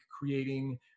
creating